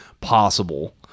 possible